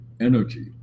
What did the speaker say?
energy